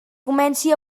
comenci